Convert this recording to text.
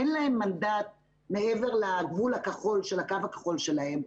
אין להם מנדט מעבר לגבול הכחול של הקו הכחול שלהם.